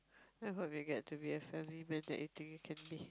I hope you get to be a family man that you think you can be